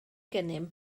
gennym